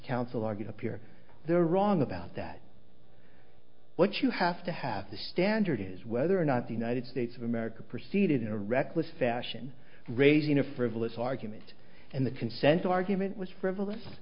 counsel argued appear they're wrong about that what you have to have the standard is whether or not the united states of america proceed in a reckless fashion raising a frivolous argument and the consent argument was frivolous